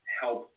help